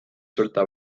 sorta